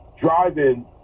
Driving